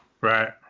Right